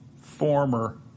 former